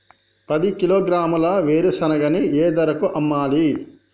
పది కిలోగ్రాముల వేరుశనగని ఏ ధరకు అమ్మాలి?